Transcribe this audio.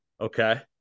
okay